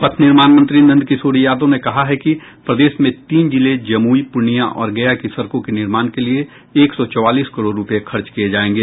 पथ निर्माण मंत्री नंद किशोर यादव ने कहा है कि प्रदेश में तीन जिले जमुई पूर्णिया और गया की सड़कों के निर्माण के लिये एक सौ चौवालीस करोड़ रूपये खर्च किये जायेंगे